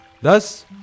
Thus